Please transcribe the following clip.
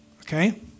okay